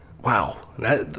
Wow